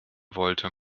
wollte